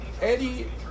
Eddie